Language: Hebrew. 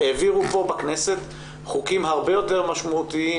העבירו פה בכנסת חוקים הרבה יותר משמעותיים,